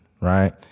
right